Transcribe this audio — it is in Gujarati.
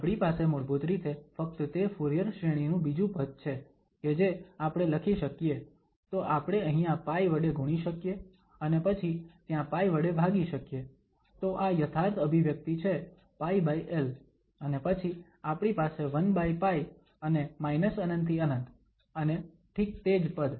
આપણી પાસે મૂળભૂત રીતે ફક્ત તે ફુરીયર શ્રેણી નું બીજું પદ છે કે જે આપણે લખી શકીએ તો આપણે અહીંયા π વડે ગુણી શકીએ અને પછી ત્યાં π વડે ભાગી શકીએ તો આ યથાર્થ અભિવ્યક્તિ છે πl અને પછી આપણી પાસે 1π અને ∞ થી ∞ અને ઠીક તે જ પદ